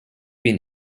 been